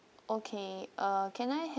okay uh can I